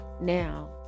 Now